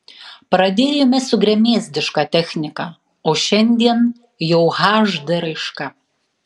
pradėjome su gremėzdiška technika o šiandien jau hd raiška